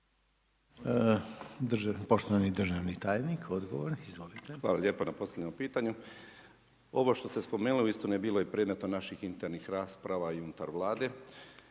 Poštovani državni tajnik odgovor, izvolite. **Zrinušić, Zdravko** Hvala lijepa na postavljenom pitanju. Ovo što ste spomenuli uistinu je bilo i predmetom naših internih rasprava i unutar vlade,